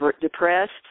depressed